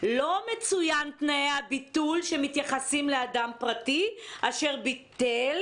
לא מצוינים תנאי הביטול שמתייחסים לאדם פרטי אשר ביטל,